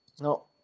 No